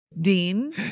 Dean